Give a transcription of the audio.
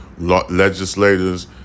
legislators